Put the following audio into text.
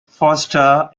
foster